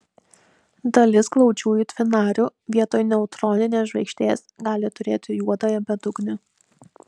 dalis glaudžiųjų dvinarių vietoj neutroninės žvaigždės gali turėti juodąją bedugnę